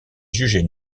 jugeait